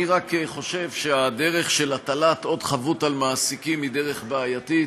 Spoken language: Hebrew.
אני רק חושב שהדרך של הטלת עוד חבות על מעסיקים היא דרך בעייתית.